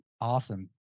Awesome